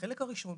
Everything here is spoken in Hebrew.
בחלק הראשון,